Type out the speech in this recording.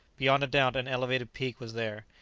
beyond a doubt an elevated peak was there.